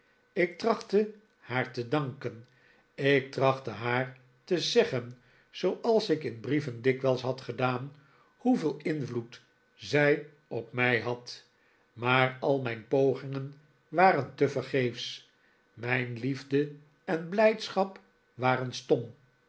ik trachtte haar te danken ik trachtte haar te zeggen zooals ik in brieven dikwijls had gedaan hoeveel invloed zij op mij had maar al mijn pogingen waren tevergeefsch mijn liefde en blijdschap waren stom